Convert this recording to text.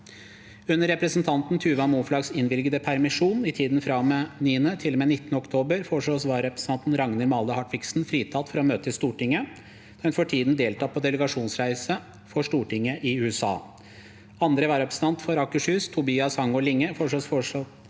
Under representanten Tuva Moflags innvilgede permisjon i tiden fra og med 9. til og med 19. oktober foreslås vararepresentanten Ragnhild Male Hartviksen fri- tatt fra å møte i Stortinget, da hun for tiden deltar på delegasjonsreise for Stortinget i USA. Andre vararepresentant for Akershus, Tobias Hangaard Linge, foreslås fortsatt